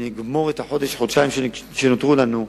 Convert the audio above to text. ונגמור את החודש-חודשיים שנותרו לנו,